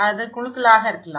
அது குழுக்களாக இருக்கலாம்